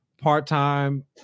part-time